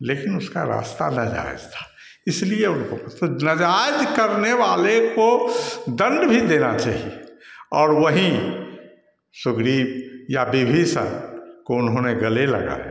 लेकिन उसका रास्ता नाजायज़ था इसलिए उनको मतलब नाजायज करने वाले को दंड भी देना चाहिए और वहीं सुग्रीव या विभीषण को उन्होंने ने गले लगाया